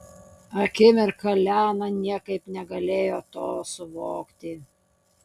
akimirką liana niekaip negalėjo to suvokti